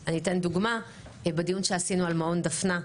בוקר טוב לכולם, היום יום שני ט"ו באייר תשפ"ב,